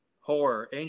Horror